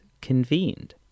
convened